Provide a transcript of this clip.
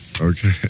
Okay